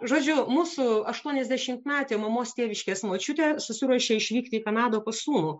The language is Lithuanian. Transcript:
žodžiu mūsų aštuoniasdešimtmetė mamos tėviškės močiutė susiruošė išvykti į kanadą pas sūnų